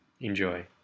Enjoy